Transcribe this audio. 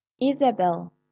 isabel